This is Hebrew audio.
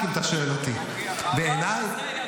ה-VAR הזה --- ויוכיח יותר טוב.